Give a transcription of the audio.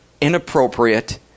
inappropriate